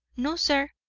no, sir,